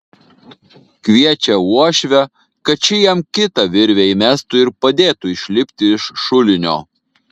kviečia uošvę kad ši jam kitą virvę įmestų ir padėtų išlipti iš šulinio